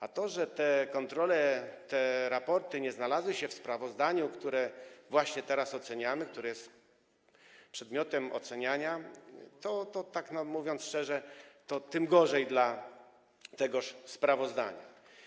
A to, że te kontrole, te raporty nie znalazły się w sprawozdaniu, które właśnie teraz oceniamy, które jest przedmiotem oceniania, tak mówiąc szczerze, tym gorzej dla tegoż sprawozdania.